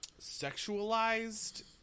sexualized